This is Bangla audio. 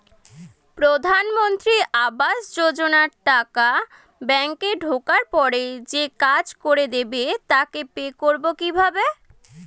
প্রধানমন্ত্রী আবাস যোজনার টাকা ব্যাংকে ঢোকার পরে যে কাজ করে দেবে তাকে পে করব কিভাবে?